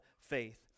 faith